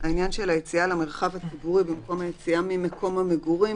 העניין של היציאה למרחב הציבורי במקום היציאה ממקום המגורים,